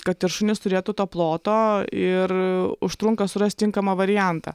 kad ir šunys turėtų to ploto ir užtrunka surast tinkamą variantą